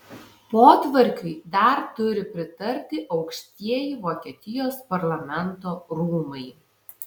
potvarkiui dar turi pritarti aukštieji vokietijos parlamento rūmai